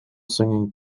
singing